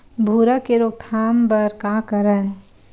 भूरा के रोकथाम बर का करन?